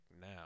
now